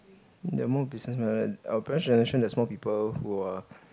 they're more business minded our parents generation there's more people who are